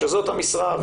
שזאת המשרה,